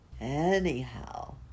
Anyhow